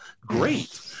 great